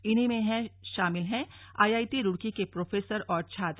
इन्हीं में शामिल हैं आईआईटी रूड़की के प्रोफेसर और छात्र